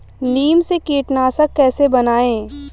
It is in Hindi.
नीम से कीटनाशक कैसे बनाएं?